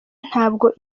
ntabwo